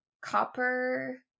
Copper